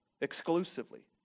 exclusively